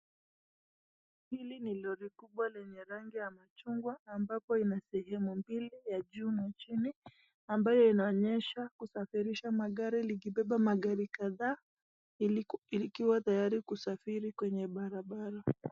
Hili ni lori kubwa lenye rangi ya machungwa ambapo inasehemu mbili, ya juu na ya chini, ambayo inaonyeshwa kusafirisa magari likibeba magari kadhaa ili ikiwa tayari kusafiri kwenye barabara.